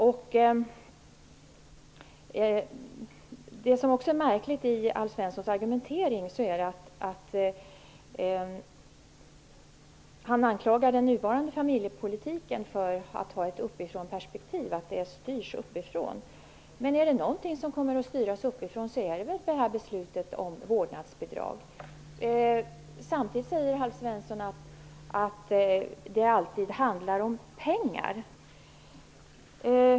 Något som är märkligt i Alf Svenssons argumentering är att han anklagar den nuvarande familjepolitiken för att ha ett uppifrånperspektiv, att den innebär en styrning uppifrån, men är det något som kommer att styras uppifrån är det väl beslutet om vårdnadsbidrag. Samtidigt säger Alf Svensson att det alltid handlar om pengar.